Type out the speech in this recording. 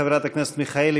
חברת הכנסת מיכאלי,